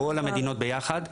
כל המדינות ביחד,